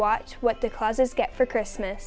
watch what the causes get for christmas